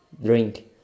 drink